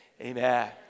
amen